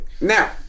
Now